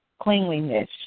cleanliness